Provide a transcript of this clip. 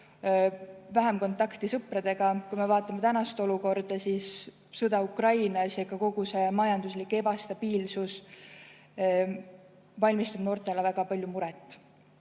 vähem kontakte sõpradega. Kui me vaatame tänast olukorda, siis sõda Ukrainas ja kogu see majanduslik ebastabiilsus valmistab noortele väga palju muret.